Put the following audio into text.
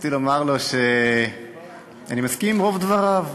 רציתי לומר לו שאני מסכים עם רוב דבריו.